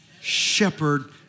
shepherd